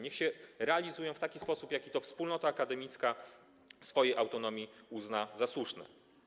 Niech się realizują w taki sposób, w jaki wspólnota akademicka w swojej autonomii uzna za słuszne.